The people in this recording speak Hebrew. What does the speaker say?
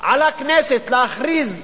על הכנסת להכריז.